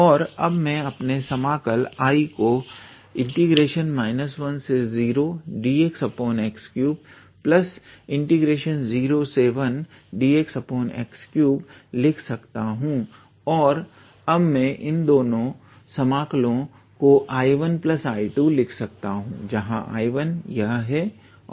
और अब मैं अपने समाकल I को 10dxx3 01dxx3 लिख सकता हूं और अब मैं इन 2 समाकलों को 𝐼1𝐼2 लिख सकता हूं जहां 𝐼1 यह और 𝐼2 यह है